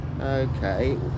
Okay